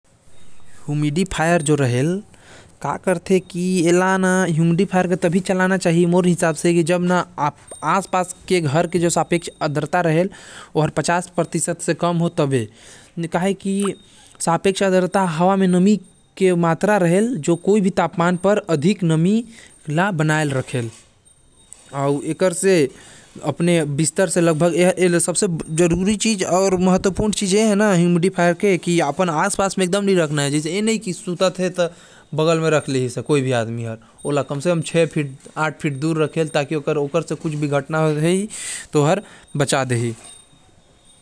ह्यूमिडिफायर के इस्तेमाल करके जलवाष्प धुंध बड़ा के हमन हवा म नमी शामिल कर सकत ही।